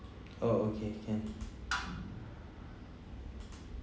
[oh} okay can